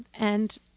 and,